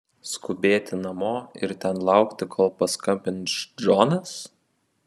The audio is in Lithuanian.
skubėti namo ir ten laukti kol paskambins džonas